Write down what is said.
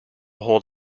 hold